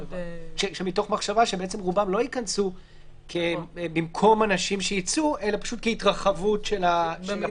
מתוך מחשבה שרובם לא יכנסו במקום אנשים שייצאו אלא כהתרחבות של הפול.